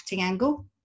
angle